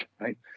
right